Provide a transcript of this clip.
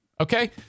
Okay